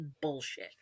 bullshit